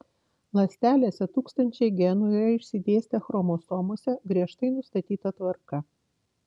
ląstelėse tūkstančiai genų yra išsidėstę chromosomose griežtai nustatyta tvarka